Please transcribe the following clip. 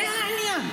זה העניין.